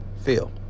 feel